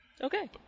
Okay